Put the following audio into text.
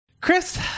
Chris